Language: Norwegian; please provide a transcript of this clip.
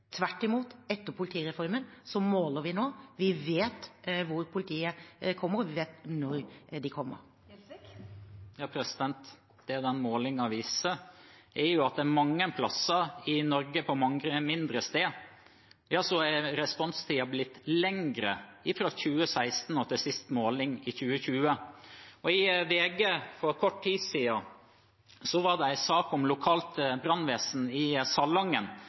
Tvert imot: Etter politireformen måler vi. Vi vet hvor politiet kommer, og vi vet når de kommer. Det den målingen viser, er at mange steder i Norge – på mange mindre steder – er responstiden blitt lengre fra 2016 og til siste måling i 2020. I VG for kort tid siden var det en sak om lokalt brannvesen i